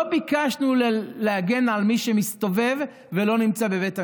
לא ביקשנו להגן על מי שמסתובב ולא נמצא בבית המדרש.